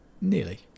nearly